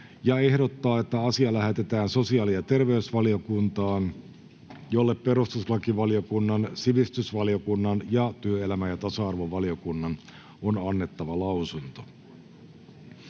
ehdottaa, että asia lähetetään sosiaali- ja terveysvaliokuntaan, jolle perustuslakivaliokunnan, sivistysvaliokunnan ja työelämä- ja tasa-arvovaliokunnan on annettava lausunto.